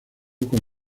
con